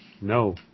No